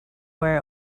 where